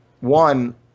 One